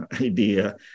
idea